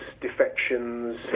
defections